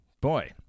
Boy